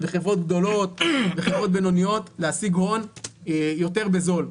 לחברות גדולות ולחברות בינוניות להשיג הון יותר בזול.